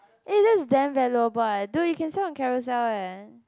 eh that's damn bad lobang eh dude you can sell on Carousell eh